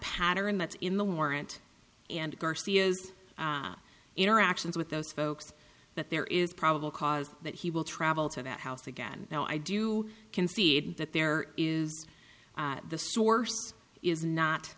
pattern that's in the warrant and garcia's interactions with those folks that there is probable cause that he will travel to that house again no i do concede that there is the source is not